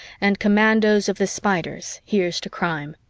and commandos of the spiders here's to crime!